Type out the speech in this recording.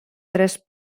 tres